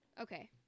Okay